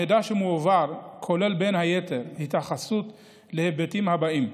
המידע שמועבר כולל בין היתר התייחסות להיבטים הבאים: